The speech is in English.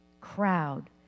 crowd